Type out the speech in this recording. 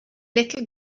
little